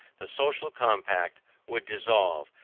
the social compact would dissolve,